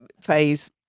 phase